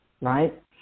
right